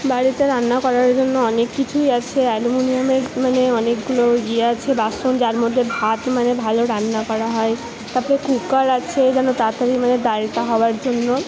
বাড়িতে রান্না করার জন্য অনেক কিছুই আছে অ্যালুমিনিয়ামের মানে অনেকগুলো ইয়ে আছে বাসন যার মধ্যে ভাত মানে ভালো রান্না করা হয় তারপরে কুকার আছে যেন তাড়াতাড়ি মানে ডালটা হওয়ার জন্য